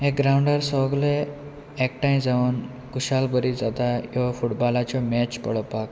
हे ग्रावंडार सगळे एकठांय जावन कुशाल बरी जाता किंवां फुटबॉलाच्यो मॅच पळोवपाक